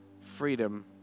freedom